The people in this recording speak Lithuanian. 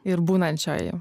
ir būnančioji